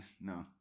No